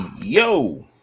yo